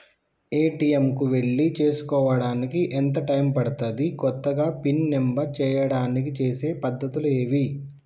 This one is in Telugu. ఏ.టి.ఎమ్ కు వెళ్లి చేసుకోవడానికి ఎంత టైం పడుతది? కొత్తగా పిన్ నంబర్ చేయడానికి చేసే పద్ధతులు ఏవి?